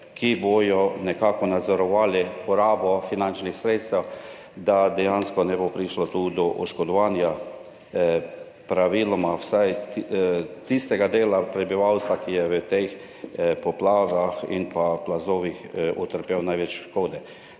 ki bodo nekako nadzorovali porabo finančnih sredstev, da dejansko ne bo prišlo tu do oškodovanja praviloma vsaj tistega dela prebivalstva, ki je v teh poplavah in plazovih utrpel največ škode.